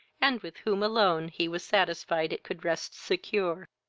and with whom alone he was satisfied it could rest secure.